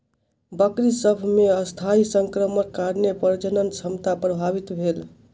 बकरी सभ मे अस्थायी संक्रमणक कारणेँ प्रजनन क्षमता प्रभावित भेल